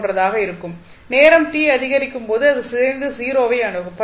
போன்றதாக இருக்கும் நேரம் t அதிகரிக்கும் போது அது சிதைந்து 0 ஐ அணுகும்